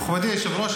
מכובדי היושב-ראש,